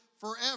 forever